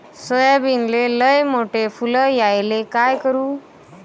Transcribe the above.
सोयाबीनले लयमोठे फुल यायले काय करू?